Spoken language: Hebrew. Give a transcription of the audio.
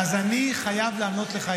אז אני חייב לענות לך,